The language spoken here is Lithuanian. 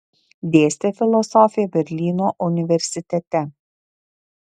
dėstė filosofiją berlyno universitete